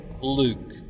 Luke